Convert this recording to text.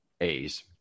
A's